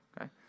okay